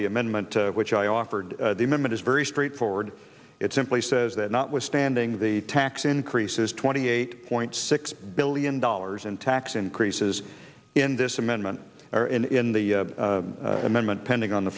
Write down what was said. the amendment which i offered him it is very straightforward it simply says that notwithstanding the tax increases twenty eight point six billion dollars in tax increases in this amendment in the amendment pending on the